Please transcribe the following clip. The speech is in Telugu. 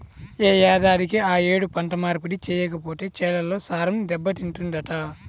యే ఏడాదికి ఆ యేడు పంట మార్పిడి చెయ్యకపోతే చేలల్లో సారం దెబ్బతింటదంట